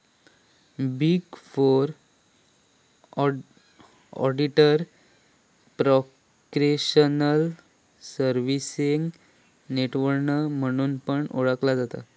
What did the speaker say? big four auditor professional services network म्हणून पण ओळखला जाता